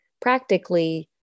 practically